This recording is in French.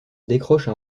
décroche